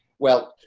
well,